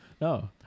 no